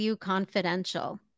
Confidential